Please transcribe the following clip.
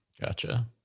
Gotcha